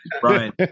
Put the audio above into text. Brian